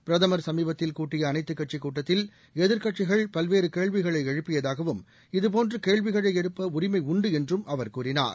பிரதமர் சமீபத்தில் கூட்டிய அனைத்துக் கட்சிக் கூட்டத்தில் எதிர்க்கட்சிகள் பல்வேறு கேள்விகளை எழுப்பியதாகவும் இதுபோன்று கேள்விகளை எழுப்ப உரிமை உண்டு என்றும் அவர் கூறினார்